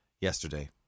Yesterday